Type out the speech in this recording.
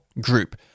group